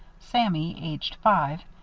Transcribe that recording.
sammy, aged five,